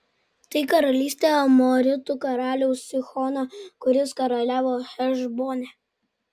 tai karalystė amoritų karaliaus sihono kuris karaliavo hešbone